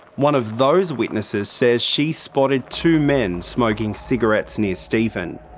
one of those witnesses says she spotted two men smoking cigarettes near stephen.